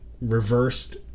reversed